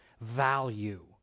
value